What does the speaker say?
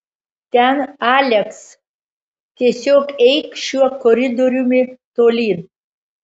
ten aleks tiesiog eik šiuo koridoriumi tolyn